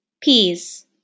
Peas